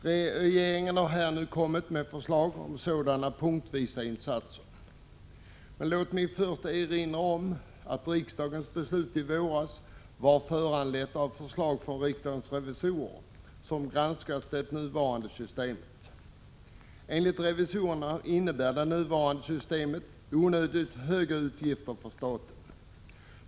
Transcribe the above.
Regeringen har nu kommit med förslag om sådana punktvisa insatser. Men låt mig först erinra om att riksdagens beslut i våras var föranlett av förslag från riksdagens revisorer, som granskat det nuvarande systemet. Enligt revisorerna innebär det nuvarande systemet onödigt höga utgifter för staten.